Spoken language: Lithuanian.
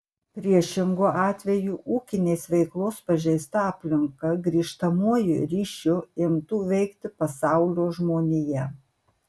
priešingu atveju ūkinės veiklos pažeista aplinka grįžtamuoju ryšiu imtų veikti pasaulio žmoniją